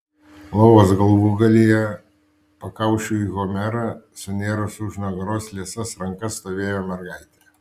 lovos galvūgalyje pakaušiu į homerą sunėrusi už nugaros liesas rankas stovėjo mergaitė